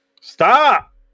Stop